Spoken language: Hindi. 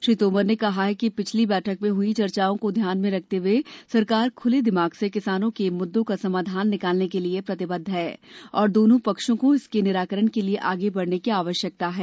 श्री तोमर ने कहा कि पिछली बैठक में हई चर्चाओं को ध्यान में रखते हुए सरकार खुले दिमाग से किसानों के मुद्दों का समाधान निकालने के लिए प्रतिबद्ध है और दोनों पक्षों को इसके निराकरण के लिए आगे बढ़ने की आवश्यकता है